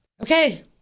okay